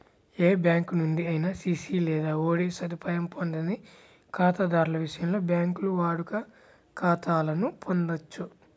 ఏ bank నుండి అయినా CC లేదా ఓడి సదుపాయం పొందని ఖాతాదారుల విషయంలో, బ్యాంకులు వాడుక ఖాతాలను పొందొచ్చు